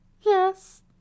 Yes